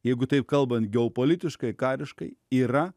jeigu taip kalbant geopolitiškai kariškai yra